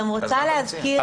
אז מה אתה מציע?